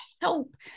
help